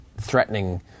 threatening